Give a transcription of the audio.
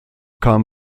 kam